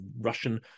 Russian